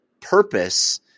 purpose